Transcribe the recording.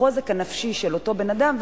בחוזק הנפשי של אותו בן-אדם,